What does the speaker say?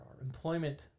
employment